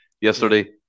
yesterday